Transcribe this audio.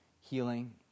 healing